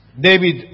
David